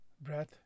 breath